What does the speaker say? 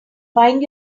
find